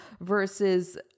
versus